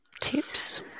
tips